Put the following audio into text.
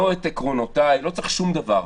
לא את עקרונותיי, לא צריך שום דבר.